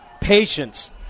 patience